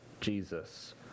Jesus